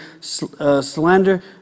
slander